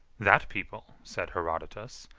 that people, said herodotus,